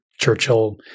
Churchill